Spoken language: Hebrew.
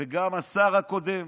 וגם השר הקודם.